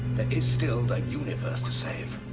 is still the universe to save.